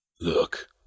Look